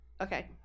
Okay